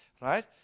Right